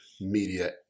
media